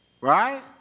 Right